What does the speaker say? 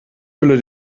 fülle